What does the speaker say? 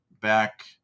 back